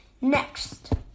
next